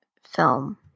film